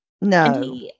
No